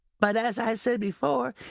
but, as i said before,